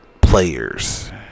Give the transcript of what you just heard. players